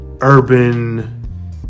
Urban